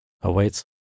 awaits